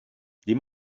die